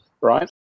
right